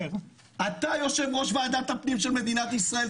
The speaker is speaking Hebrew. אתה יושב-ראש ועדת הפנים של מדינת ישראל,